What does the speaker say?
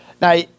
Now